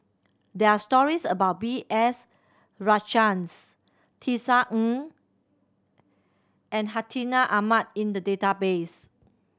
there are stories about B S Rajhans Tisa Ng and Hartinah Ahmad in the database